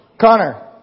Connor